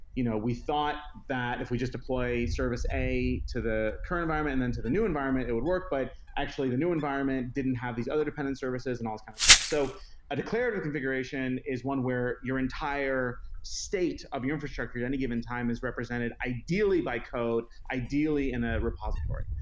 you know we thought that if we just deploy service a to the current environment and then to the new environment, it would work, but actually the new environment didn't have these other dependent services and all these kind of stuff. so a declarative configuration is one where your entire state of your infrastructure at any given time is represented ideally by code, ideally in a repository,